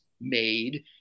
made